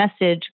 message